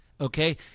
okay